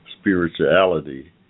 spirituality